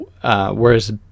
Whereas